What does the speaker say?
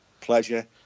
pleasure